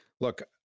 look